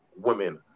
women